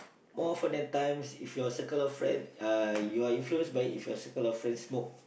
all for the times if your circle of friend uh you are influenced by if your circle of friends smoke